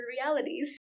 realities